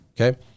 Okay